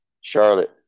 Charlotte